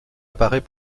apparait